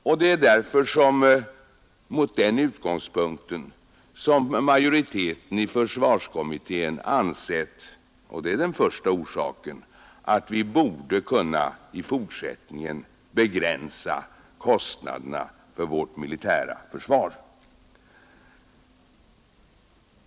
Mot bakgrunden härav anser majoriteten i försvarsutredningen — och det är den första orsaken — att vi i fortsättningen bör kunna begränsa kostnaderna för vårt militära försvar.